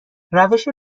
روش